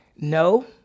No